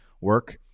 work